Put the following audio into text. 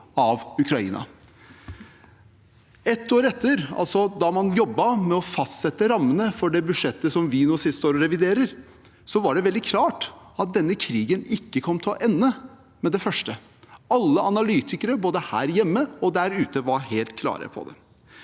Ett år etter, da man jobbet med å fastsette rammene for det budsjettet som vi nå står og reviderer, var det veldig klart at denne krigen ikke kom til å ende med det første. Alle analytikere, både her hjemme og der ute, var helt klare på det.